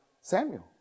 Samuel